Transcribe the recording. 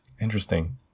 Interesting